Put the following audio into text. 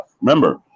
Remember